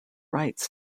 rights